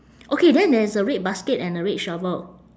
okay then there's a red basket and a red shovel